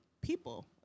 people